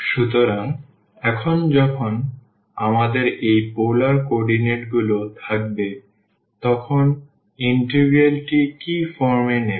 সুতরাং এখন যখন আমাদের এই পোলার কোঅর্ডিনেট গুলি থাকবে তখন ইন্টিগ্রালটি কী ফর্ম নেবে